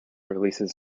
releases